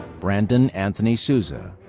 brandon anthony souza,